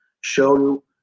show